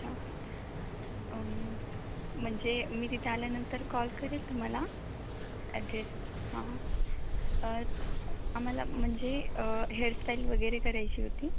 अच्छा म्हणजे मी तिथे आल्यानंतर कॉल करेल तुम्हाला ॲड्रेस हां आम्हाला म्हणजे हेअरस्टाईल वगैरे करायची होती